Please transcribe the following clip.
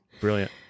brilliant